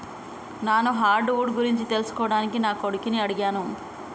నాను hardwood గురించి తెలుసుకోవడానికి నా కొడుకుని అడిగాను